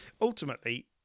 ultimately